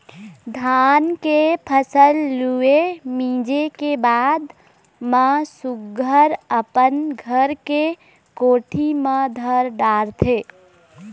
धान के फसल लूए, मिंजे के बाद म सुग्घर अपन घर के कोठी म धर डारथे